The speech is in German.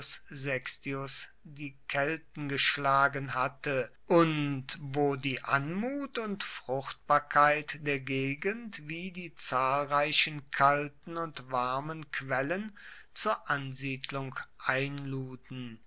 die kelten geschlagen hatte und wo die anmut und fruchtbarkeit der gegend wie die zahlreichen kalten und warmen quellen zur ansiedelung einluden